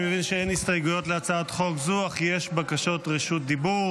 אני מבין שאין הסתייגויות להצעת חוק זו אך יש בקשות רשות דיבור